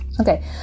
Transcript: okay